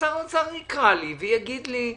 אז שר האוצר יקרא לי ויגיד לי: